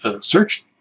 search